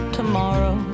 tomorrow